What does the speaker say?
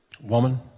Woman